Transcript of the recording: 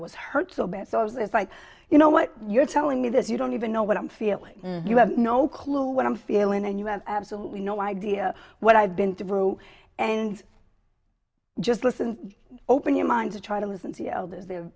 was hurt so bad so i was it's like you know what you're telling me that you don't even know what i'm feeling you have no clue what i'm feeling and you have absolutely no idea what i've been through and just listen open your mind to try to listen to the